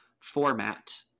Format